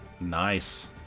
Nice